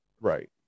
Right